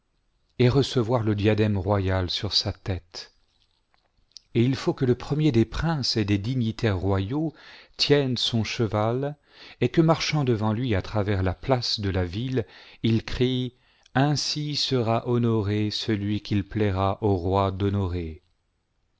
habebat recevoir le diadème roj'al sur sa tête et il faut que le premier des princes et des dignités royaux tiennent son cheval et que marchant devant lui à travers la place de la ville il crie ainsi sera honoré celui qu'il plaira au roi d'ho